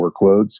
workloads